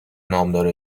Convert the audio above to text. نامدار